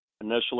initially